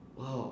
!wow!